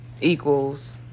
equals